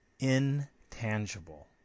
Intangible